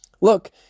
Look